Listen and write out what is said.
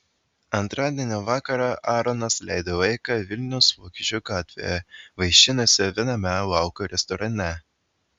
antradienio vakarą aaronas leido laiką vilniaus vokiečių gatvėje vaišinosi viename lauko restorane